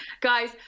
guys